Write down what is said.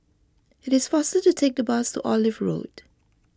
it is faster to take the bus to Olive Road